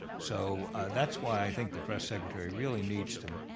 so that's why i think the press secretary really needs to